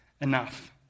enough